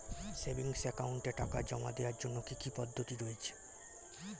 Savings একাউন্টে টাকা জমা দেওয়ার জন্য কি কি পদ্ধতি রয়েছে?